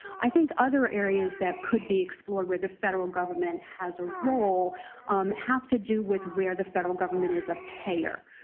i think other areas that could be explored where the federal government has a role have to do with where the federal government is a payer.